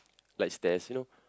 like stairs you know